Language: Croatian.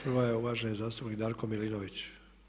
Prva je uvaženi zastupnik Darko Milinović.